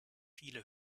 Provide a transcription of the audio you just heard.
viele